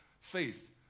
Faith